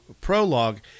prologue